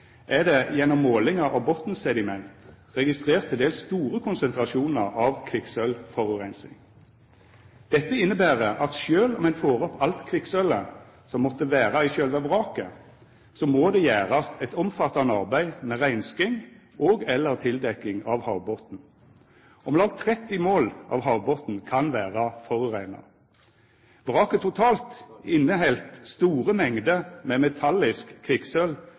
er det gjennom målingar av botnsediment registrert til dels store konsentrasjonar av kvikksølvforureining. Dette inneber at sjølv om ein får opp alt kvikksølvet som måtte vera i sjølve vraket, må det gjerast eit omfattande arbeid med reinsking og/eller tildekking av havbotnen. Om lag 30 mål av havbotnen kan vera forureina. Vraket totalt inneheldt store mengder med metallisk